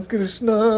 Krishna